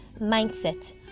Mindset